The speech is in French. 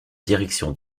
direction